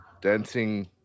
Dancing